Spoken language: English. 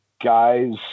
guys